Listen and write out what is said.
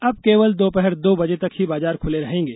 अब केवल दोपहर दो बजे तक ही बाजार खुले रहेंगे